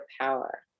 power